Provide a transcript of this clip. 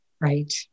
Right